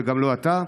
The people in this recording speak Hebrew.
וגם לא אתה,